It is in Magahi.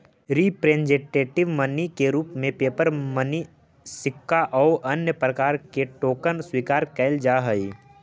रिप्रेजेंटेटिव मनी के रूप में पेपर मनी सिक्का आउ अन्य प्रकार के टोकन स्वीकार कैल जा हई